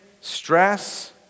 stress